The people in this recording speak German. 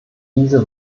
diese